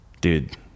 Dude